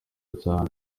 cyane